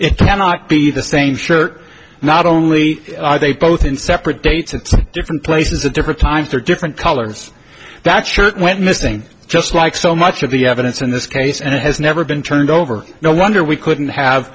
it cannot be the same shirt not only are they both in separate dates in different places at different times or different colors that shirt went missing just like so much of the evidence in this case and it has never been turned over no wonder we couldn't have